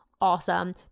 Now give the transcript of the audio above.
awesome